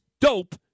dope